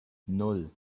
nan